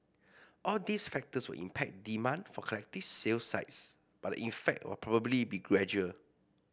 all these factors will impact demand for collective sale sites but the effect will probably be gradual